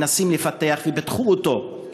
מנסים לפתח ופיתחו אותו,